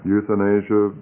Euthanasia